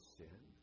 sin